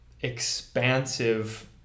expansive